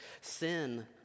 Sin